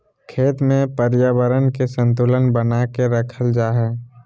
खेत में पर्यावरण के संतुलन बना के रखल जा हइ